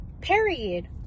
Period